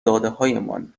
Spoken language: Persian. دادههایمان